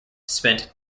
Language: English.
spent